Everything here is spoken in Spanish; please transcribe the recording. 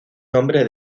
nombre